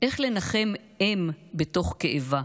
איך לנחם אם בתוך כאבה,